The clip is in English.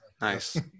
nice